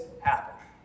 happen